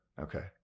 Okay